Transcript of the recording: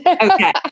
Okay